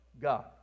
God